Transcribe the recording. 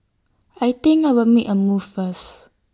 I think I'll make A move first